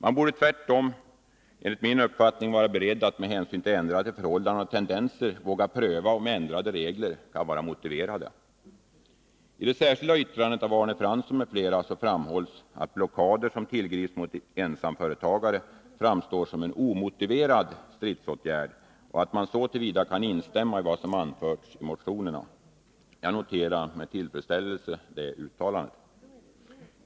Man borde tvärtom, enligt min uppfattning, vara beredd att med hänsyn till ändrade förhållanden och tendenser våga pröva om ändrade regler kan vara motiverade. I det särskilda yttrandet av Arne Fransson m. fl framhålls att blockader som tillgrips mot ensamföretagare framstår som en omotiverad stridsåtgärd och att man så till vida kan instämma i vad som anförs i motionerna. Jag noterar med tillfredsställelse detta uttalande.